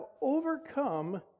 overcome